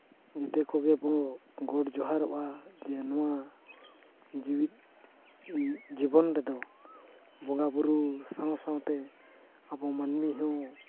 ᱱᱚᱛᱮ ᱠᱷᱚᱱ ᱵᱚ ᱜᱚᱰ ᱡᱚᱦᱟᱨᱚᱜᱼᱟ ᱟᱨ ᱱᱚᱣᱟ ᱡᱤᱣᱤᱫ ᱡᱤᱵᱚᱱ ᱨᱮᱫᱚ ᱵᱚᱸᱜᱟᱼᱵᱩᱨᱩ ᱥᱟᱶᱼᱥᱟᱶᱛᱮ ᱟᱵᱚ ᱢᱟᱹᱱᱢᱤ ᱦᱚᱸ